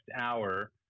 hour